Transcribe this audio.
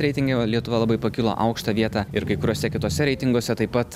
reitinge lietuva labai pakilo aukštą vietą ir kai kuriuose kituose reitinguose taip pat